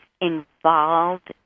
involved